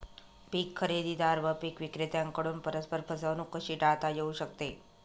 पीक खरेदीदार व पीक विक्रेत्यांकडून परस्पर फसवणूक कशी टाळता येऊ शकते?